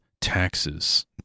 taxes